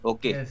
Okay